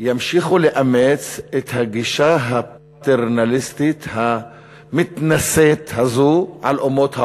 ימשיכו לאמץ את הגישה הפטרנליסטית המתנשאת הזאת על אומות העולם?